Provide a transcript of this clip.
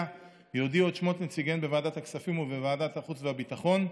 יודיעו את שמות נציגיהם בוועדת הכספים ובוועדת החוץ והביטחון.